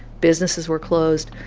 businesses were closed.